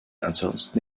ansonsten